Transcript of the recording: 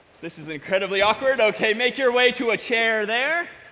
this is incredibly awkward. ok. make your way to a chair there.